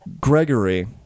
Gregory